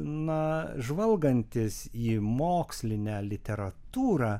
na žvalgantis į mokslinę literatūrą